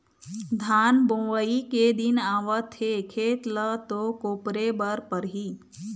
धान बोवई के दिन आवत हे खेत ल तो कोपरे बर परही